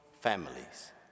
families